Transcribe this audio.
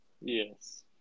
Yes